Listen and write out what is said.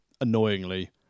annoyingly